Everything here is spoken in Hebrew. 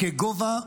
כגובה,